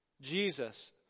Jesus